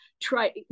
try